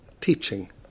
teaching